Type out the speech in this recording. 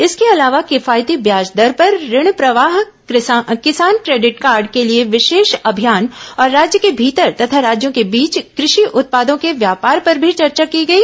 इसके अलावा किफायती ब्याज दर पर ऋण प्रवाह किसान क्रेडिट कार्ड के लिए विशेष अभियान और राज्य के भीतर तथा राज्यों के बीच कृषि उत्पादों के व्यापार पर भी चर्चा की गई